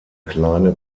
kleine